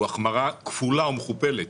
הוא החמרה כפולה ומכופלת